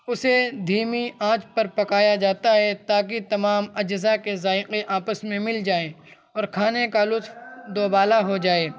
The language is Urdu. اسے دھیمی آنچ پر پکایا جاتا ہے تاکہ تمام اجزا کے ذائقے آپس میں مل جائیں اور کھانے کا لطف دو بالا ہو جائے